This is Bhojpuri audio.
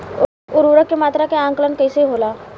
उर्वरक के मात्रा के आंकलन कईसे होला?